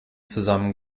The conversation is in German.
zusammen